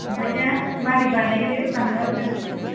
ओमफ्राय दा माबोरै बानायो बानलु आसारखौ